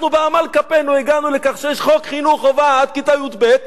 אנחנו בעמל כפינו הגענו לכך שיש חוק חינוך חובה עד כיתה י"ב,